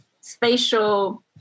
spatial